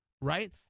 right